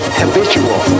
habitual